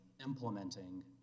implementing